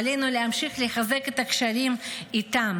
ועלינו להמשיך לחזק את הקשרים איתם.